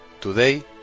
Today